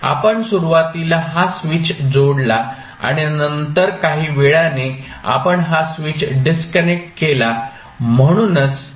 आपण सुरुवातीला हा स्विच जोडला आणि नंतर काही वेळाने आपण हा स्विच डिस्कनेक्ट केला